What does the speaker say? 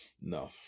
No